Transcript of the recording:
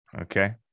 Okay